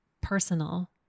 personal